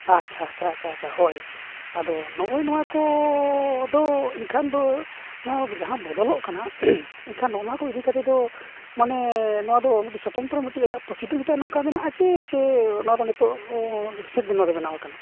ᱟᱪᱪᱷᱟ ᱟᱪᱪᱷᱟ ᱟᱪᱪᱷᱟ ᱦᱳᱭ ᱟᱫᱚ ᱱᱚᱜᱼᱚᱭ ᱱᱚᱣᱟ ᱠᱚ ᱫᱚ ᱮᱱᱠᱷᱟᱱ ᱫᱚ ᱱᱚᱣᱟ ᱡᱟᱦᱟᱸ ᱵᱚᱫᱚᱞᱚᱜ ᱠᱟᱱᱟ ᱮᱱᱠᱷᱟᱱ ᱫᱚ ᱚᱱᱟ ᱠᱚ ᱤᱫᱤ ᱠᱟᱛᱮᱫ ᱫᱚ ᱢᱟᱱᱮ ᱱᱚᱣᱟ ᱫᱚ ᱢᱤᱫᱴᱤᱡ ᱥᱚᱛᱚᱱᱛᱨᱚ ᱢᱤᱫᱴᱤᱡ ᱟᱡᱟᱜ ᱯᱨᱚᱥᱤᱰᱩᱭᱳᱨ ᱛᱟᱭ ᱱᱚᱝᱠᱟ ᱢᱮᱱᱟᱜᱼᱟ ᱪᱮ ᱪᱮ ᱚᱱᱟᱫᱚ ᱱᱤᱛᱚᱜ ᱵᱮᱱᱟᱣ ᱠᱟᱱᱟ